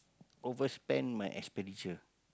overspend my expenditure